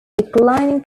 declining